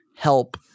help